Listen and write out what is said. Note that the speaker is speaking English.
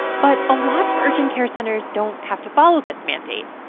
but a lot of urgent care centers don't have to follow this mandate.